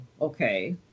okay